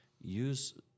use